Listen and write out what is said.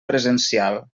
presencial